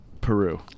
Peru